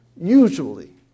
Usually